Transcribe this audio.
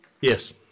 Yes